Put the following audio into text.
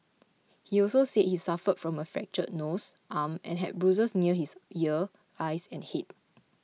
he also said he suffered from a fractured nose arm and had bruises near his ear eyes and head